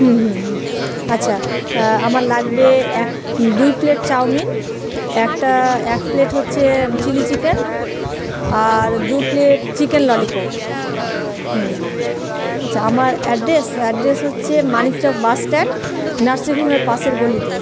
হুম হুম হুম আচ্ছা আমার লাগবে এক দুই প্লেট চাউমিন একটা এক প্লেট হচ্ছে চিলি চিকেন আর দু প্লেট চিকেন ললিপপ হুম আচ্ছা আমার অ্যাড্রেস অ্যাড্রেস হচ্ছে মানিক চক বাসস্ট্যান্ড নার্সিং হোমের পাশের গলিতে